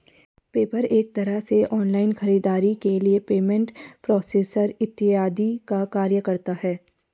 PayPal एक तरह से ऑनलाइन खरीदारी के लिए पेमेंट प्रोसेसर इत्यादि का कार्य करता है